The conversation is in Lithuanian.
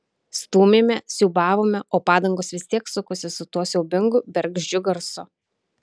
stūmėme siūbavome o padangos vis tiek sukosi su tuo siaubingu bergždžiu garsu